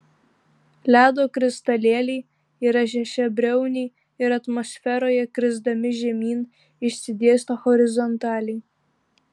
ledo kristalėliai yra šešiabriauniai ir atmosferoje krisdami žemyn išsidėsto horizontaliai